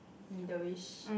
middleish